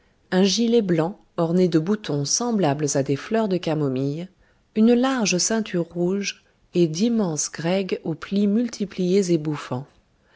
un gilet blanc orné de boutons semblables à des fleurs de camomille une large ceinture rouge et d'immenses grègues aux plis multipliés et bouffants